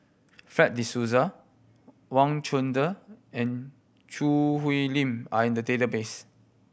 Fred De Souza Wang Chunde and Choo Hwee Lim are in the database